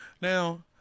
Now